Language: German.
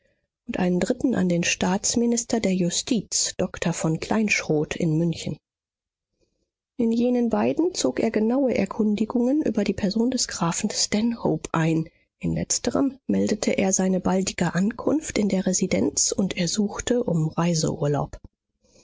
und einen dritten an den staatsminister der justiz doktor von kleinschrodt in münchen in jenen beiden zog er genaue erkundigungen über die person des grafen stanhope ein in letzterem meldete er seine baldige ankunft in der residenz und ersuchte um